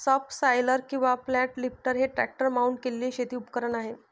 subsoiler किंवा flat lifter हे tractor mount केलेले शेती उपकरण आहे